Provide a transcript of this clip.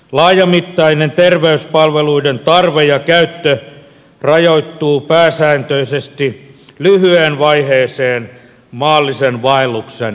laajamittainen terveyspalveluiden tarve ja käyttö rajoittuu pääsääntöisesti lyhyeen vaiheeseen maallisen vaelluksen loppusuoralla